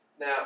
Now